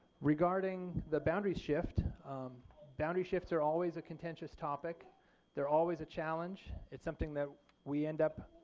regarding the boundary shifts um boundary shifts are always a contentious topic they're always a challenge, it's something that we end up